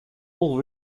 all